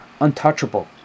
untouchable